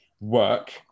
work